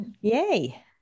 yay